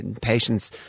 patience